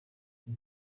ati